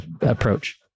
approach